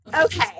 Okay